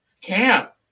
Camp